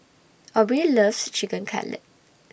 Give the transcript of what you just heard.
Aubree loves Chicken Cutlet